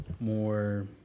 more